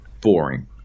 Boring